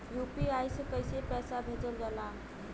UPI से कइसे पैसा भेजल जाला?